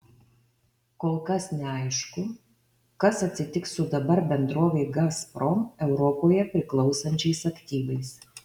kol kas neaišku kas atsitiks su dabar bendrovei gazprom europoje priklausančiais aktyvais